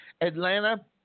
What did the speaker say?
Atlanta